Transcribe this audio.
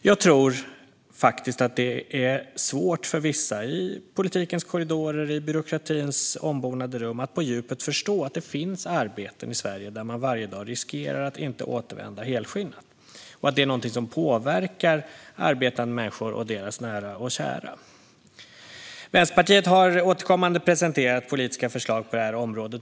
Jag tror faktiskt att det är svårt för vissa i politikens korridorer och byråkratins ombonade rum att på djupet förstå att det finns arbeten i Sverige där man varje dag riskerar att inte återvända helskinnad och att detta är någonting som påverkar arbetande människor och deras nära och kära. Vänsterpartiet har återkommande presenterat politiska förslag på det här området.